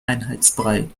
einheitsbrei